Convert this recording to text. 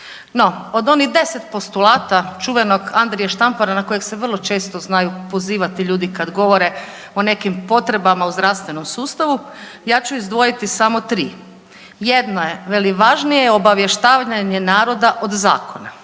No od onih 10 postulata čuvenog Andrije Štampara na kojeg se vrlo često znaju pozivati ljudi kad govore o nekim potrebama u zdravstvenom sustavu ja ću izdvojiti samo tri. Jedna je, veli važnije je obavještavanje naroda od zakona.